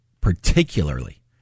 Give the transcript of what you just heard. particularly